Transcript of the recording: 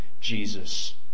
Jesus